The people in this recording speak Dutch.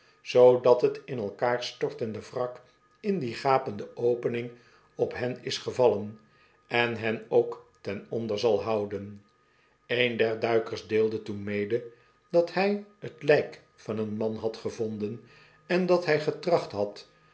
zoodat t in elkaar stortende wrak in die gapende opening op hen is gevallen en hen ook ten onder zal houden een der duikers deelde toen mede dat hij t lijk van een man had gevonden en dat hij getracht had